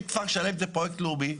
אם כפר שלם זה פרויקט לאומי,